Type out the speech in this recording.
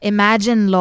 Imagine